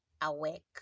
awake